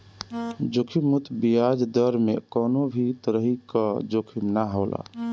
जोखिम मुक्त बियाज दर में कवनो भी तरही कअ जोखिम ना होला